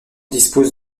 dispose